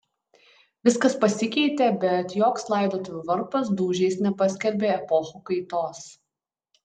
viskas pasikeitė bet joks laidotuvių varpas dūžiais nepaskelbė epochų kaitos